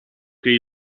che